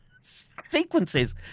sequences